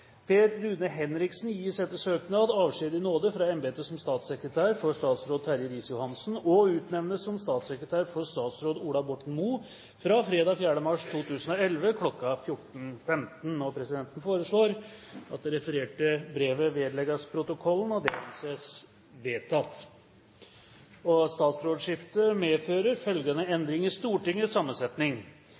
Per Rune Henriksen gis etter søknad avskjed i nåde fra embetet som statssekretær for statsråd Terje Riis-Johansen og utnevnes som statssekretær for statsråd Ola Borten Moe fra fredag 4. mars 2011 kl. 14.15.» Presidenten foreslår at det refererte brevet vedlegges protokollen. – Det anses vedtatt. Statsrådsskiftet medfører følgende endring i Stortingets sammensetning: